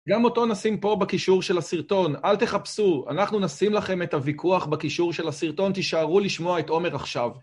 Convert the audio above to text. גם אותו נשים פה בקישור של הסרטון, אל תחפשו, אנחנו נשים לכם את הוויכוח בקישור של הסרטון, תשארו לשמוע את עומר עכשיו.